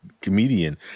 comedian